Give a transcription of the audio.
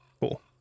Cool